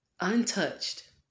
untouched